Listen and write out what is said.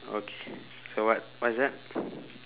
okay so what what is that